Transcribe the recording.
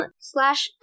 slash